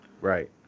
Right